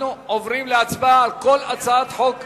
אנחנו עוברים להצבעה על כל הצעת חוק בנפרד.